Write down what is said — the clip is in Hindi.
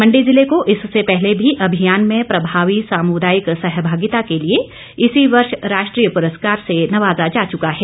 मंडी जिले को इससे पहले भी अभियान में प्रभावी सामुदायिक सहभागिता के लिए इसी वर्ष राष्ट्रीय पुरस्कार से नवाजा जा चुका है